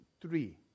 three